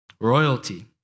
royalty